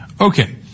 Okay